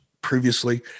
previously